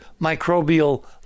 microbial